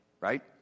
right